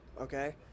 okay